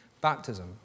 Baptism